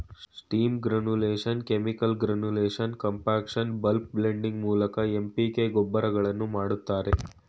steam granulation, chemical granulation, compaction, bulk blending ಮೂಲಕ MPK ಗೊಬ್ಬರಗಳನ್ನು ಮಾಡ್ತರೆ